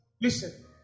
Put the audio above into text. Listen